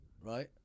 right